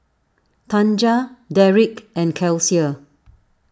Tanja Derek and Kelsea